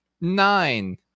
Nine